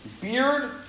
Beard